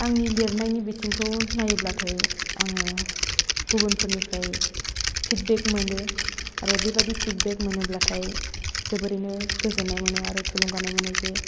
आंनि लिरनायनि बिथिंखौ नायोब्लाथाय आङो गुबुनफोरनिफ्राय फिदबेक मोनो आरो बे बायदि फिदबेक मोनोब्लाथाय जोबोरैनो गोजोननाय मोनो आरो थुलुंगानाय मोनो जे